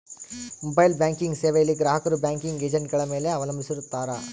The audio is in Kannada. ಮೊಬೈಲ್ ಬ್ಯಾಂಕಿಂಗ್ ಸೇವೆಯಲ್ಲಿ ಗ್ರಾಹಕರು ಬ್ಯಾಂಕಿಂಗ್ ಏಜೆಂಟ್ಗಳ ಮೇಲೆ ಅವಲಂಬಿಸಿರುತ್ತಾರ